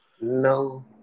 No